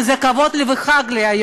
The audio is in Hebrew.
וזה כבוד לי וחג לי,